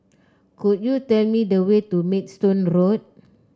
could you tell me the way to Maidstone Road